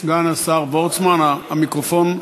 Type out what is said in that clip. סגן השר וורצמן, המיקרופון,